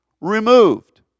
removed